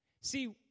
See